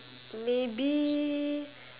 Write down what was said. maybe